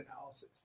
analysis